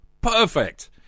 Perfect